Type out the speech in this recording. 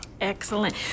Excellent